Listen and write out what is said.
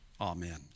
Amen